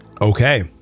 Okay